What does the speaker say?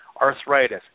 Arthritis